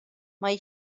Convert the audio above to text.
mae